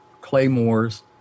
claymores